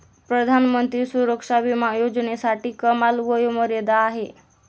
प्रधानमंत्री सुरक्षा विमा योजनेसाठी कमाल वयोमर्यादा किती आहे?